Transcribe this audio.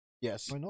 Yes